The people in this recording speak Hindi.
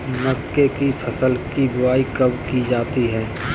मक्के की फसल की बुआई कब की जाती है?